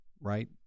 right